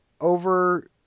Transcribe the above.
over